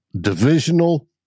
divisional